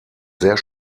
sehr